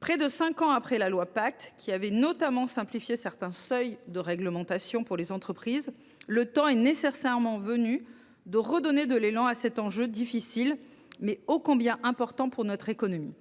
Près de cinq ans après la loi Pacte, qui avait notamment simplifié certains seuils de réglementation pour les entreprises, le temps est nécessairement venu de retrouver de l’élan pour faire face à cet enjeu difficile, mais ô combien important, pour notre économie.